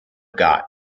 got